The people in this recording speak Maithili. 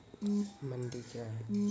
मंडी क्या हैं?